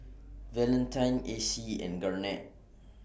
Valentine Acie and Garnet